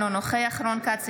אינו נוכח רון כץ,